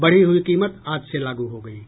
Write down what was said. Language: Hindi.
बढ़ी हुई कीमत आज से लागू हो गयी है